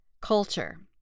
culture